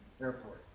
airport